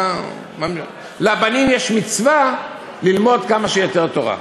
יש מצווה ללמוד כמה שיותר תורה.